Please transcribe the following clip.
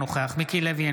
אינו נוכח מיקי לוי,